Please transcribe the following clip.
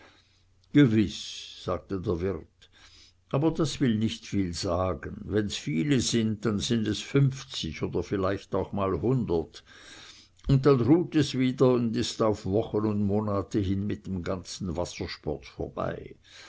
gewiß sagte der wirt aber das will nicht viel sagen wenn's viele sind dann sind es fünfzig oder vielleicht auch mal hundert und dann ruht es wieder und ist auf wochen und monate hin mit dem ganzen wassersport vorbei